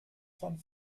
von